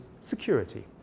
security